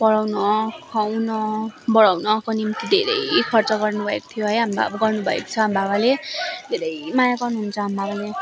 पढाउन खुवाउन बडाउनको निम्ति धेरै खर्च गर्नु भएको थियो है हाम्रो बाबा गर्नुभएको छ हाम्रो बाबाले धेरै माया गर्नुहुन्छ हाम्रो बाबाले